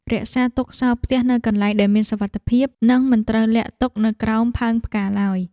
រក្សាទុកសោរផ្ទះនៅកន្លែងដែលមានសុវត្ថិភាពនិងមិនត្រូវលាក់ទុកនៅក្រោមផើងផ្កាឡើយ។